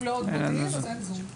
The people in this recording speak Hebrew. אם לא מודיעים אז אין זום.